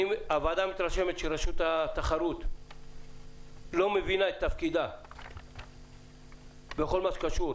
הוועדה מתרשמת שרשות התחרות לא מבינה את תפקידה בכל מה שקשור